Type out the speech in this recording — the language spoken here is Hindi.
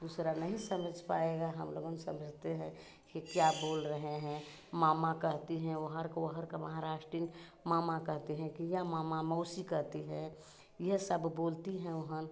दूसरा नहीं समझ पाएगा हम लोगन समझते हैं कि क्या बोल रहे हैं मामा कहती हैं ओहर काे ओहर का महाराष्टिन मामा कहती हैं कि या मामा मौसी कहती हैं इहे सब बोलती हैं वहाँ